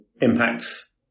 impacts